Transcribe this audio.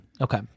Okay